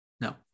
No